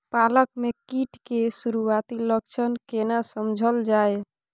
पालक में कीट के सुरआती लक्षण केना समझल जाय?